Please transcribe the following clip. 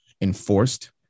enforced